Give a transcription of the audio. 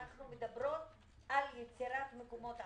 אנחנו מדברים על יצירת מקומות עבודה.